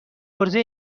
عرضه